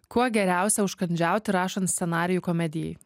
kuo geriausia užkandžiauti rašant scenarijų komedijai